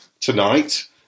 tonight